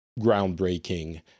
groundbreaking